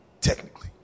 Technically